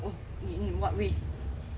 mm mm mm what we